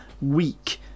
weak